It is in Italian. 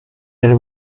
delle